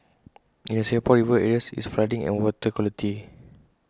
in the Singapore river areas it's flooding and water quality